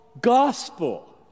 gospel